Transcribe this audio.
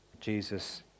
Jesus